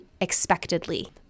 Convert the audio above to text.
expectedly